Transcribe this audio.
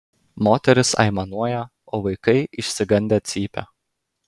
moterys aimanuoja o vaikai išsigandę cypia